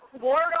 ward